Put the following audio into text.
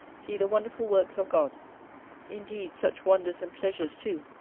see the wonderful works of god indeed such wonders and pleasures too,